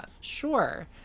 Sure